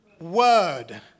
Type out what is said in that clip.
word